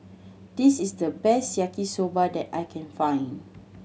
this is the best Yaki Soba that I can find